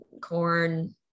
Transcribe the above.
corn